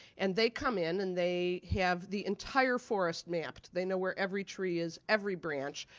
and they come in and they have the entire forest mapped. they know where every tree is every branch.